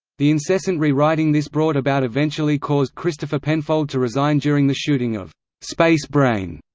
the incessant re-writing this brought about eventually caused christopher penfold to resign during the shooting of space brain,